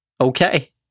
Okay